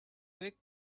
quick